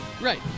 Right